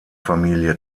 familie